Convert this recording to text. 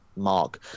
mark